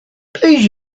please